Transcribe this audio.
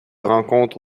rencontre